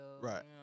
right